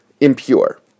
impure